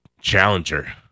Challenger